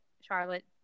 Charlotte